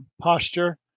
posture